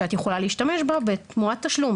שאת יכולה להשתמש בה תמורת תשלום.